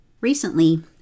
Recently